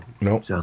Nope